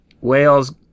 Wales